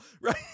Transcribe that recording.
right